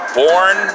born